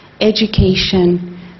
education